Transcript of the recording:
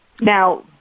Now